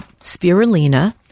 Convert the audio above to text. spirulina